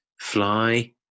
fly